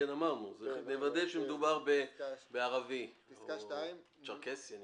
כן, אמרנו שנוודא שמדובר בערבי או צ'רקסי.